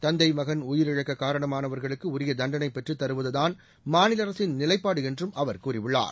தந்தை மகன் உயிரிழக்க காரணமானவர்களுக்கு உரிய தண்டனை பெற்றுத்தருவதுதான் மாநில அரசின் நிலைப்பாடு என்றும் அவர் கூறியுள்ளார்